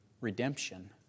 Redemption